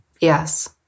Yes